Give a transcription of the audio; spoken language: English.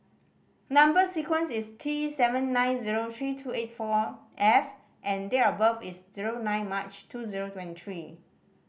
number sequence is T seven nine zero three two eight four F and date of birth is zero nine March two zero twenty three